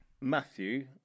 Matthew